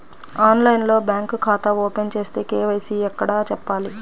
ఆన్లైన్లో బ్యాంకు ఖాతా ఓపెన్ చేస్తే, కే.వై.సి ఎక్కడ చెప్పాలి?